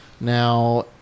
Now